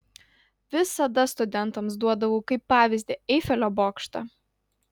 visada studentams duodavau kaip pavyzdį eifelio bokštą